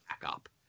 backup